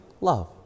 love